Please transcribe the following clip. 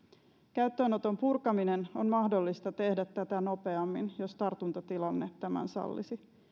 käyttöönoton purkaminen on mahdollista tehdä tätä nopeammin jos tartuntatilanne tämän sallisi